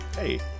Hey